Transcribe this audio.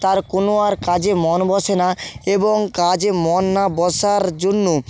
তার কোনো আর কাজে মন বসে না এবং কাজে মন না বসার জন্য